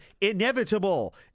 inevitable